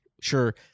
sure